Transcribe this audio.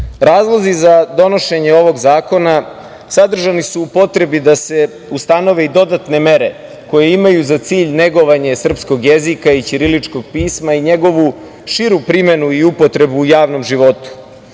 Vučić. Razlozi za donošenje ovog zakona sadržani su u potrebi da se ustanove i dodatne mere koje imaju za cilj negovanje srpskog jezika i ćiriličkog pisma i njegovu širu primenu i upotrebu u javnom životu.